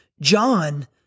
John